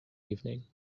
evening